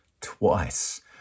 twice